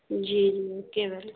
جی جی اوکے میم